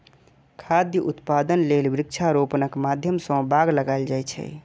खाद्य उत्पादन लेल वृक्षारोपणक माध्यम सं बाग लगाएल जाए छै